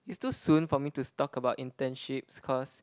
it's too soon for me to stalk about internships cause